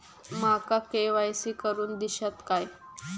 माका के.वाय.सी करून दिश्यात काय?